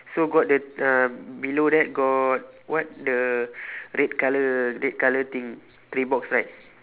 so got the um below that got what the red colour red colour thing red box right